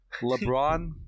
LeBron